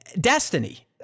Destiny